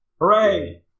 Hooray